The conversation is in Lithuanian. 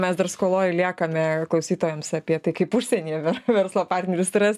mes dar skoloj liekame klausytojams apie tai kaip užsienyje verslo partneris turės